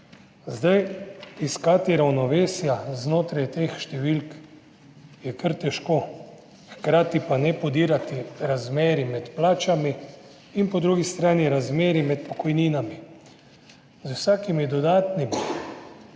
evra. Iskati ravnovesje znotraj teh številk je kar težko, hkrati pa ne podirati razmerij med plačami in po drugi strani razmerij med pokojninami. Z vsakimi dodatnimi